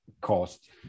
cost